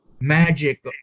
magic